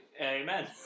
Amen